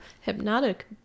hypnotic